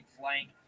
flank